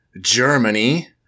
Germany